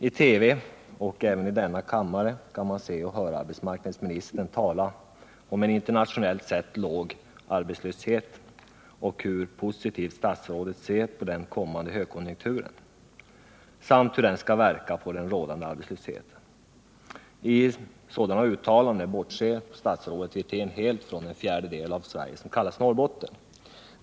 I TV och även här i kammaren kan man se och höra arbetsmarknadsministern tala om en internationellt sett låg arbetslöshet, om hur positivt statsrådet ser på den kommande högkonjunkturen samt om hur den skall verka på den rådande arbetslösheten. I sådana uttalanden bortser statsrådet Wirtén helt från den fjärdedel av Sverige som kallas Norrbotten.